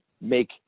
make